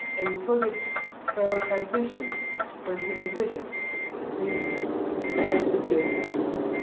and project prioritization for implementation is very, very important.